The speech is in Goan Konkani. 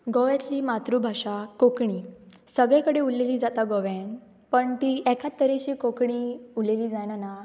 गोंयांतली मातृभाशा कोंकणी सगळे कडेन उलयली जाता गोव्यान पण ती एकाच तरेची कोंकणी उलयली जायनना